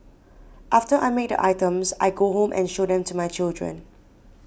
after I make the items I go home and show them to my children